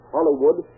Hollywood